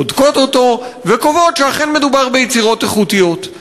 בודקות אותן וקובעות שאכן מדובר ביצירות איכותיות.